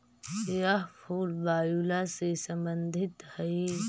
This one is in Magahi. यह फूल वायूला से संबंधित हई